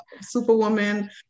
superwoman